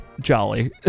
jolly